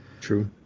true